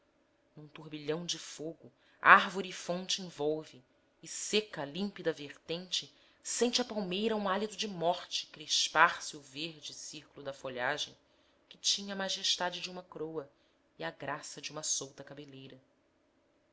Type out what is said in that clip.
num turbilhão de fogo árvore e fonte envolve e seca a límpida vertente sente a palmeira a um hálito de morte crespar se o verde circ'lo da folhagem que tinha a majestade de uma c'roa e a graça de uma solta cabeleira